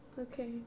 Okay